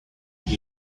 gave